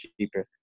cheaper